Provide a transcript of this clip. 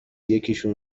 یکیشون